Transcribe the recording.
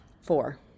Four